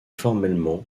formellement